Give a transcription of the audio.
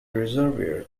reservoir